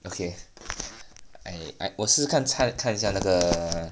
okay I I 我试试看猜看一下那个